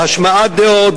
בהשמעת דעות,